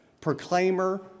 proclaimer